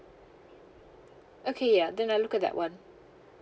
okay ya then I look at that one